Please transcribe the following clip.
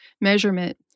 measurement